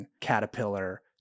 Caterpillar